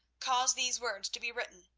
cause these words to be written,